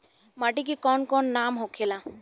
माटी के कौन कौन नाम होखेला?